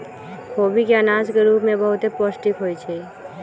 खोबि के अनाज के रूप में बहुते पौष्टिक होइ छइ